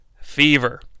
fever